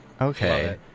Okay